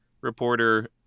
reporter